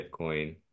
Bitcoin